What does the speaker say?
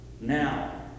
Now